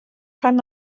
rhan